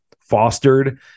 fostered